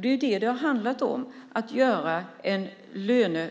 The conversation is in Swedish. Det har handlat om att göra en